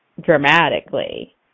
dramatically